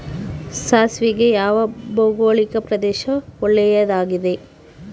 ಸಾಸಿವೆಗೆ ಯಾವ ಭೌಗೋಳಿಕ ಪ್ರದೇಶ ಒಳ್ಳೆಯದಾಗಿದೆ?